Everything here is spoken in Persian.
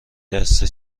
دسته